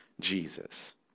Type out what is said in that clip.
Jesus